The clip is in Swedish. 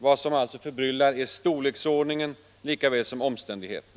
Vad som alltså förbryllar är storleksordningen lika väl som omständigheterna.